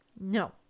No